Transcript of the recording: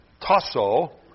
tasso